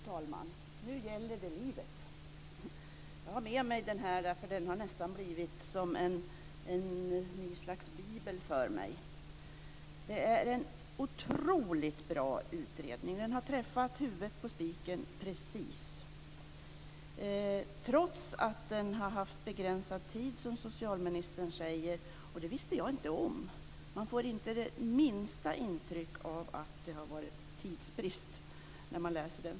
Fru talman! Nu gäller det livet! Jag har med mig utredningen. Den har nästan blivit som en ny slags bibel för mig. Det är en otroligt bra utredning. Den har träffat huvudet på spiken precis trots att den har haft begränsad tid, som socialministern säger. Jag visste inte om det. Man får inte det minsta intryck av att det har varit tidsbrist när man läser den.